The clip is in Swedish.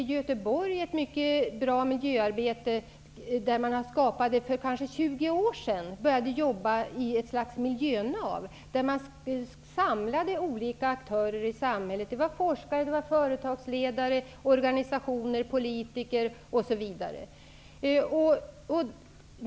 I Göteborg har vi ett mycket fint miljöarbete. För uppemot tjugo år sedan började man där jobba i ett slags miljönav, där man samlade olika aktörer i samhället. Det var forskare, företagledare, organisationer, politiker m.fl.